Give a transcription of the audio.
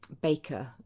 Baker